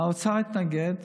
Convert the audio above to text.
האוצר התנגד.